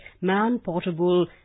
man-portable